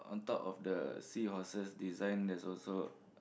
top of the seahorses design there's also